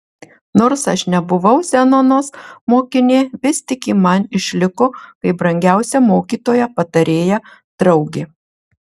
nors aš nebuvau zenonos mokinė vis tik ji man išliko kaip brangiausia mokytoja patarėja draugė